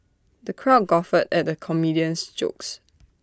the crowd guffawed at the comedian's jokes